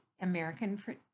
American